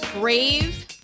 brave